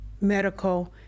medical